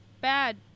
bad